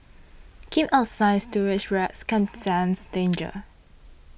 keep out sign Sewer rats can sense danger